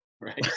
Right